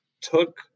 took